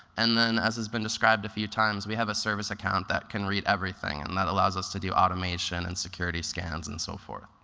and then, as has been described a few times, we have a service account that can read everything. and that allows us to do automation and security scans, and so forth.